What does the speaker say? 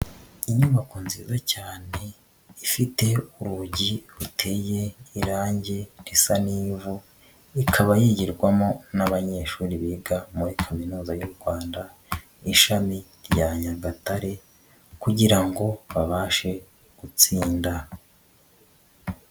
Inyubako nziza cyane ifite urugi ruteye irange risa n'ivu, ikaba yigirwamo n'abanyeshuri biga muri Kaminuza y'u Rwanda, ishami rya Nyagatare kugira ngo babashe gutsinda.